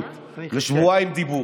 לשבועיים דיבור.